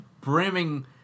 brimming